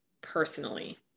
personally